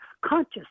conscious